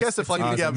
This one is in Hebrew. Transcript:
הכסף רק הגיע --- אה,